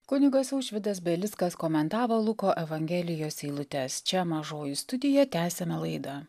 kunigas aušvydas belickas komentavo luko evangelijos eilutes čia mažoji studija tęsiame laidą